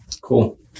Cool